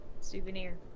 Souvenir